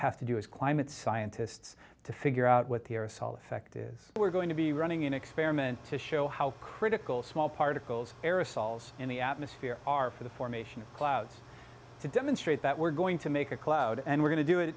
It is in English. have to do as climate scientists to figure out what the aerosol effect is we're going to be running an experiment to show how critical small particles aerosols in the atmosphere are for the formation of clouds to demonstrate that we're going to make a cloud and we're going to do it